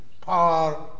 power